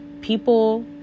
people